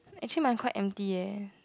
actually mine quite empty eh